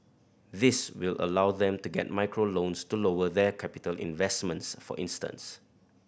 this will allow them to get micro loans to lower their capital investments for instance